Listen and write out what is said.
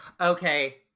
Okay